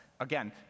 Again